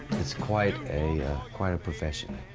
it's quite a quite a profession.